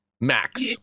max